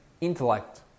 intellect